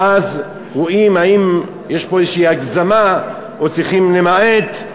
ואז רואים האם יש פה איזושהי הגזמה או שצריכים למעט,